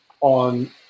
on